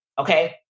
Okay